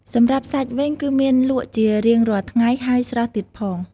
សម្រាបសាច់វិញគឺមានលក់ជារៀងរាល់ថ្ងៃហើយស្រស់ទៀតផង។